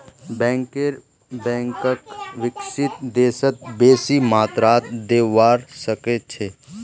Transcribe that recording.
banker बैंकक विकसित देशत बेसी मात्रात देखवा सके छै